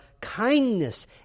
kindness